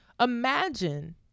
imagine